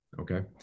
okay